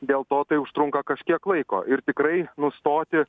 dėlto tai užtrunka kažkiek laiko ir tikrai nustoti